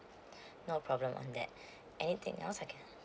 no problem on that anything else I can